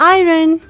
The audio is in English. iron।